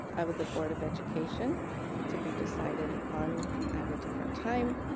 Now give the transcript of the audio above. of of the board of education to be decided upon at a different time.